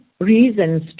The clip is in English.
Reasons